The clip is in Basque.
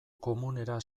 komunera